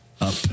up